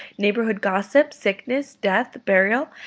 neighbourhood gossip, sickness, death, burial,